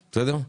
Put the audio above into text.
בסדר?